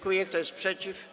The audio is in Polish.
Kto jest przeciw?